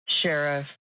Sheriff